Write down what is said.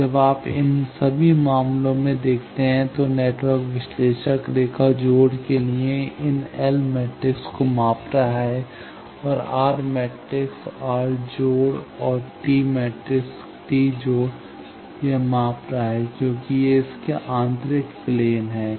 अब जब आप इन सभी मामलों में देखते हैं तो नेटवर्क विश्लेषक रेखा जोड़ के लिए इन एल मैट्रिक्स को माप रहा है आर मैट्रिक्स आर जोड़ और टी मैट्रिक्स टी जोड़ यह माप रहा है क्योंकि ये इसके आंतरिक प्लेन हैं